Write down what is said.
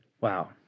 Wow